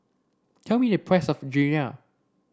tell me the price of Gyoza